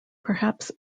perhaps